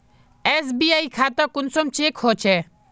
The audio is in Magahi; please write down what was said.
एस.बी.आई खाता कुंसम चेक होचे?